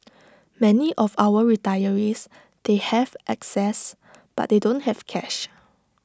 many of our retirees they have access but they don't have cash